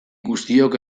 guztiok